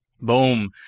Boom